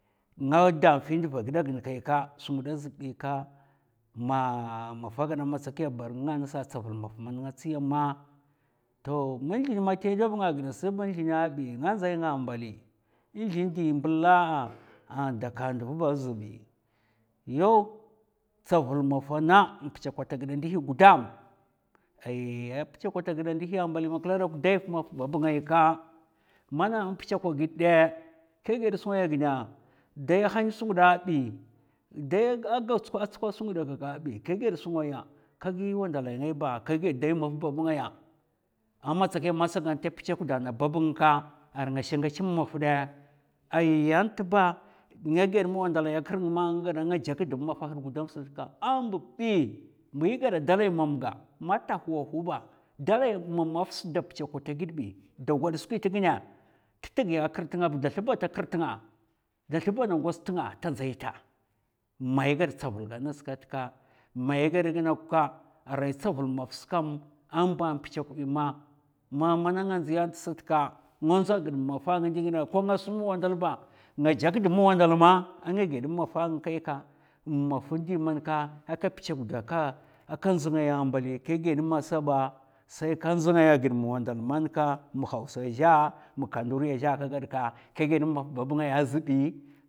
Nga dè fi ndva gida gin kai ka skwi nghidè zbi ka ma mafa ghada a matskiya ba nga ngasa tsavul maf man nga tsiya ma toh nzlèn mata zlèv nga gida sba zlènè bi nga ndzai nga mbali zlènè ndi mbla'a a daka nduv ba az bi yaw tsavul mafa na in pchuk vata ghidè ndihi gudam ai pchukwata ghida ndihi a mbali makla dok dai maf bab ngai mana pchukwa ka ghid dè kè ghèd sungaya gina dai a hèn su ngida bi, dai tsukwa skwi ngidè kakka bi kɓ ghèd su ngaya ka gi wandalai ngai ba kè ghèd dai maf bab ngaya a matsakiya man sagan ta pchukwata nda bab nga nka arai ngada sa ngèchè mum maf dè ai yan tba nga ghèd mwandalai a kirnga ma nga gada a nga jakda mum mafa had gudam ska a mbubi è gada dalai mam ga manta hwahwa ba dalai mum maf sa da pchukwata ghèd bi da gwad skwit gina tètghi a kir tnga ba da slèba ta kir tnga da slèbana ngoz tnga a ta ndzai ta mèy ghad tsavul ga ngas kat ka mèy gad ginok ka arai tsavul maf skam a mbapchuk bi ma, ma mana nga ndzi a sat ka nga ndzo gid mafa nga ndi ghidè kèk, ko nga sun mma wa'ndal ba nga jakda mma wa'ndal ma a nga ghèd mum mafa nga kabika mum maf di aka kapchuk da ka, ka ghèd ma sabi sai ka ndz ngaya ghèd ma wandal man ka ma hausa zhè, ma kanuri zhè, kagad ka kè ghèd mu maf bab ngaya az bi